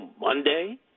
Monday